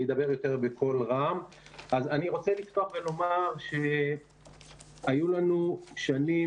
אני רוצה לפתוח ולומר שהיו לנו שנים